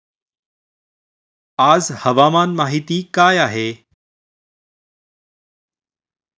आज हवामान माहिती काय आहे?